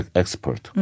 expert